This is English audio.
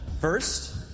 First